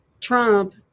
Trump